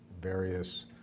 various